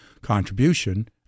contribution